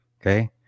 Okay